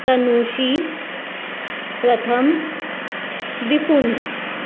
तनुषी प्रथम विपुंज